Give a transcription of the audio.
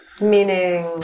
Meaning